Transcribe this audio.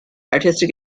artistic